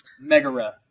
Megara